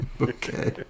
Okay